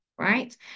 right